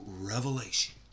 revelation